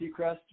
Seacrest